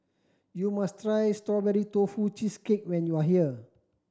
you must try Strawberry Tofu Cheesecake when you are here